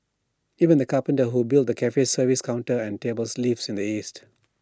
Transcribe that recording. even the carpenter who built the cafe's service counter and tables lives in the east